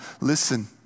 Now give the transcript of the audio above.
listen